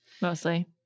Mostly